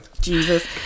Jesus